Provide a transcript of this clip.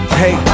hey